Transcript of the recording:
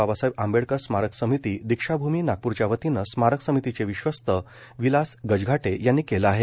बाबासाहेब आंबेडकर स्मारक समिती दीक्षाभूमी नागपूरच्या वतीने स्मारक समितीचे विश्वस्त विलास गजघाटे यांनी केले आहे